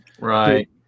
Right